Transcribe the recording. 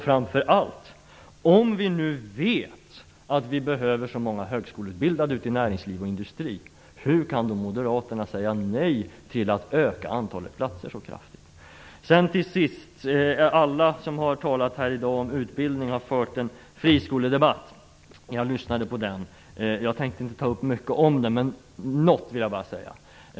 Framför allt vet vi nu att det behövs många högskoleutbildade ute i näringslivet och i industrin. Hur kan då Moderaterna säga nej till en så kraftig ökning av antalet platser? Alla som har talat här i dag om utbildning har fört en friskoledebatt. Jag lyssnade på den. Jag tänkte inte säga så mycket om den. Jag vill bara ta upp något.